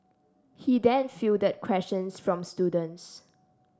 he then fielded questions from students